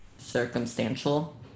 circumstantial